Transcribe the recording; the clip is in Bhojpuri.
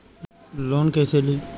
लोन कईसे ली?